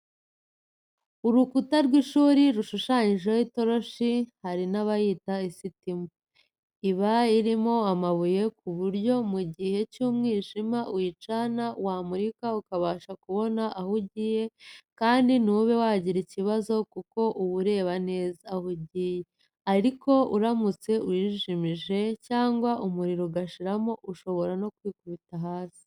Urukuta rw'ishuri rushushanyijeho itoroshi, hari n'abayita isitimu, iba irimo amabuye ku buryo mu gihe cy'umwijima uyicana wamurika ukabasha kubona aho ugiye kandi ntube wagira ikibazo kuko uba ureba neza aho ugiye ariko uramutse uyijimije cyangwa umuriro ugashiramo, ushobora no kwikubita hasi.